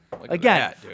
Again